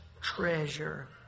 treasure